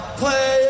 play